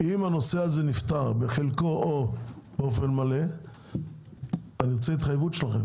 אם הנושא הזה נפתר בחלקו או באופן מלא אני רוצה התחייבות שלכם